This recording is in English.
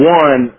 one